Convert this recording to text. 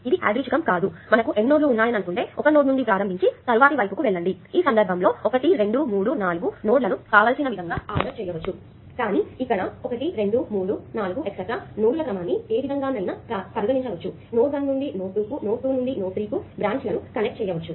ఇది యాదృచ్చికం కాదు మనకు n నోడ్లు ఉన్నాయి అనుకుంటే ఒక నోడ్ నుండి ప్రారంభించి తరువాతి వైపుకు వెళ్ళండిఈ సందర్భంలో 1 2 3 4 నోడ్ లను కావలసిన విధంగా ఆర్డర్ చేయవచ్చు కానీ ఇక్కడ 1 2 3 4 etc నోడ్ ల క్రమాన్ని ఏవిధంగానైనా పరిగణించవచ్చు నోడ్ 1 నుండి నోడ్ 2 కు నోడ్ 2 నుండి నోడ్ 3 కు బ్రాంచ్ లను కనెక్ట్ చేయవచ్చు